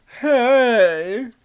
Hey